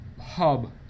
hub